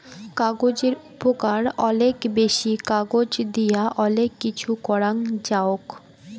কাগজের উপকার অলেক বেশি, কাগজ দিয়া অলেক কিছু করাং যাওক